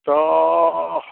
तो